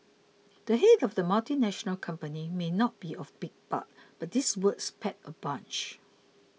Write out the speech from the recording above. the head of the multinational company may not be of big bulk but his words pack a punch